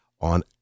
on